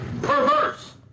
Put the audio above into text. Perverse